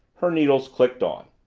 her needles clicked on.